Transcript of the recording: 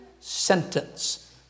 sentence